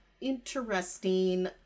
interesting